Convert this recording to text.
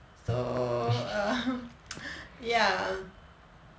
so um ya